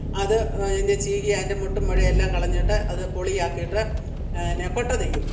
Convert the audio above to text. അത് വകഞ്ഞ് ചീകി അതിന്റെ മുട്ടും മുഴയും എല്ലാം കളഞ്ഞിട്ട് അത് പൊളിയാക്കിയിട്ട് എന്ന കൊട്ട നെയ്യും